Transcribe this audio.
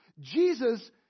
Jesus